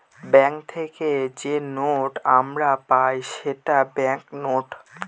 bank থেকে যে note আমরা পাই সেটা ব্যাঙ্ক নোট